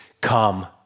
Come